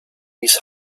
his